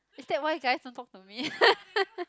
is that why guys don't talk to me